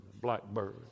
blackbird